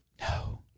No